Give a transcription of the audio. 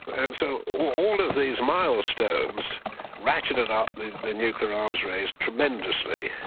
and so all of these milestones ratcheted up the nuclear arms race tremendously.